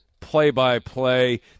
play-by-play